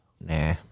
nah